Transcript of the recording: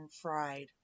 Fried